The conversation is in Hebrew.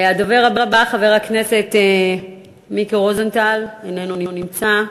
הדובר הבא, חבר הכנסת מיקי רוזנטל, איננו נמצא.